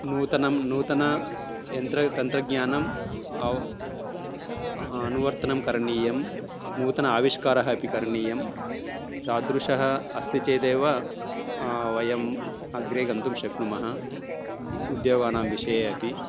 नूतनं नूतनयन्त्रतन्त्रज्ञानम् अव् अनुवर्तनं करणीयं नूतनः आविष्कारः अपि करणीयः तादृशः अस्ति चेदेव वयम् अग्रे गन्तुं शक्नुमः उद्योगानां विषये अपि